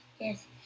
Yes